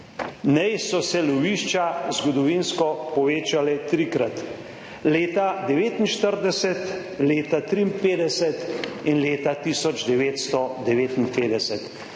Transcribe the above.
Njej so se lovišča zgodovinsko povečale trikrat, leta 1949, leta 1953 in leta 1959.